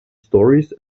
stories